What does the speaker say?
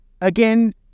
again